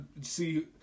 see